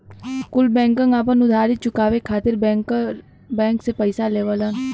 कुल बैंकन आपन उधारी चुकाये खातिर बैंकर बैंक से पइसा लेवलन